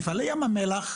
מפעלי ים המלח,